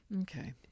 Okay